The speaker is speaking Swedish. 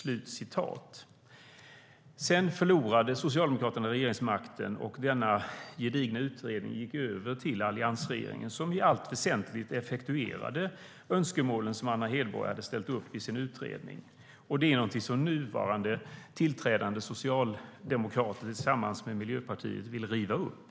"Detta är någonting som den nuvarande regeringen, Socialdemokraterna tillsammans med Miljöpartiet, vill riva upp.